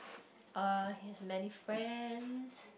uh he has many friends